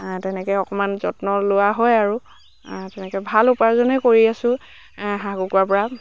তেনেকৈ অকণমান যত্ন লোৱা হয় আৰু তেনেকৈ ভাল উপাৰ্জনে কৰি আছো হাঁহ কুকুৰাৰপৰা